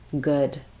good